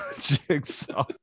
Jigsaw